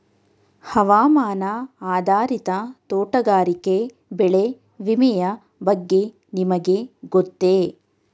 ಹವಾಮಾನ ಆಧಾರಿತ ತೋಟಗಾರಿಕೆ ಬೆಳೆ ವಿಮೆಯ ಬಗ್ಗೆ ನಿಮಗೆ ಗೊತ್ತೇ?